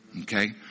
Okay